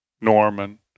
Norman